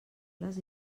les